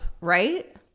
Right